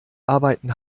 arbeiten